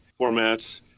formats